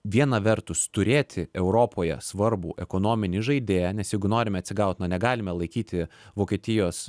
viena vertus turėti europoje svarbų ekonominį žaidėją nes jeigu norime atsigaut na negalime laikyti vokietijos